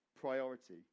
priority